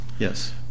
Yes